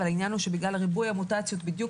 אבל העניין הוא שבגלל ריבוי המוטציות בדיוק